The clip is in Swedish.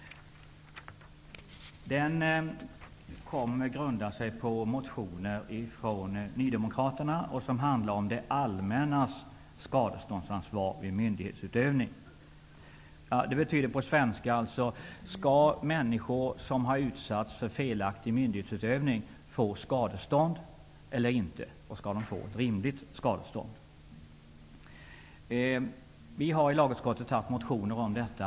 Den kom att grunda sig på motioner från nydemokraterna, vilka handlar om det allmännas skadeståndsansvar vid myndighetsutövning. Det betyder på svenska: Skall människor som har utsatts för felaktig myndighetsutövning få skadestånd eller inte? Skall de i så fall få ett rimligt skadestånd? Vi har i lagutskottet upprepade gånger haft motioner om detta.